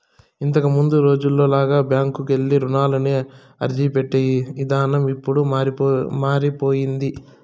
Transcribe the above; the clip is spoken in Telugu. ఇంతకముందు రోజుల్లో లాగా బ్యాంకుకెళ్ళి రుణానికి అర్జీపెట్టే ఇదానం ఇప్పుడు మారిపొయ్యింది